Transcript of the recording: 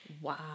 Wow